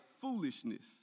foolishness